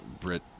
Brit